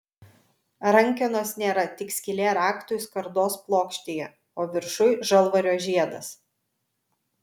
rankenos nėra tik skylė raktui skardos plokštėje o viršuj žalvario žiedas